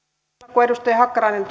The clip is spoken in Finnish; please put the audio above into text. kun edustaja hakkarainen